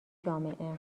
جامعه